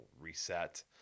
reset